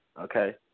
okay